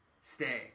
Stay